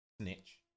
snitch